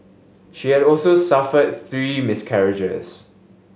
she had also suffered three miscarriages